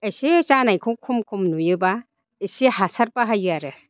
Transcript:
एसे जानायखौ खम खम नुयोब्ला एसे हासार बाहायो आरो